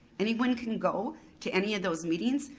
anyone can go to any of those meetings,